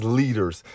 leaders